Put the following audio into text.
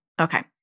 Okay